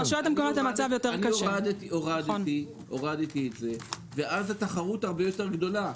אני הורדתי את זה ואז התחרות הרבה יותר גדולה,